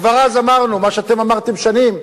וכבר אז אמרנו מה שאתם אמרתם שנים,